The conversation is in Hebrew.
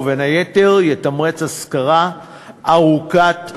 ובין היתר יתמרץ השכרה ארוכת טווח.